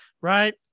right